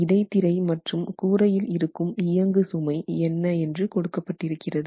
இடைத்திரை மற்றும் கூரையில் இருக்கும் இயங்கு சுமை என்ன என்று கொடுக்கப்பட்டிருக்கிறது